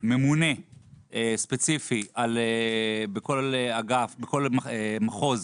ממונה ספציפי בכל מחוז